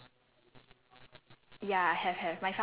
okay my my family quite close knit [one]